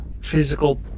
physical